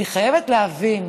אני חייבת להבין,